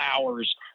hours